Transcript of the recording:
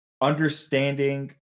understanding